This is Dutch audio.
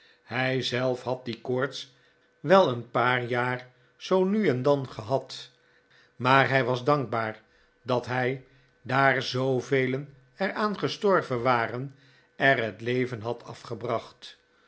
hij ze'lf had die koorts wel een paar jaar zoo nu en dan gehad maar hij was dankbaar dat hij daar zoovelen er aan gestorven waren er het leven had afgebracht